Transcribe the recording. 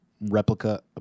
replica